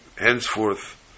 henceforth